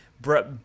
Brett